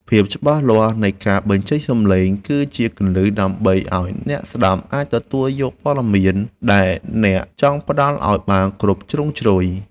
ភាពច្បាស់លាស់នៃការបញ្ចេញសំឡេងគឺជាគន្លឹះដើម្បីឱ្យអ្នកស្តាប់អាចទទួលយកព័ត៌មានដែលអ្នកចង់ផ្តល់ឱ្យបានគ្រប់ជ្រុងជ្រោយ។